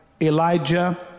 Elijah